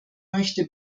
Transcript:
möchte